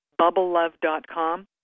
bubblelove.com